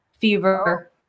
fever